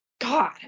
God